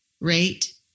rate